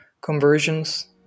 conversions